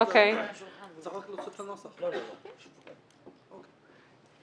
חלק מהפרטים שמבוקשים לגלות מופיעים כבר בהוראה 470,